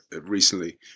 recently